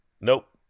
nope